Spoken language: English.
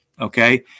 okay